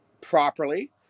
properly